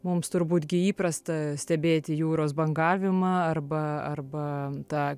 mums turbūt gi įprasta stebėti jūros bangavimą arba arba tą